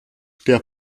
der